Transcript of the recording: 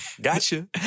gotcha